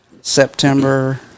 September